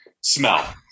smell